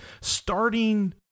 starting